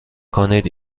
کنید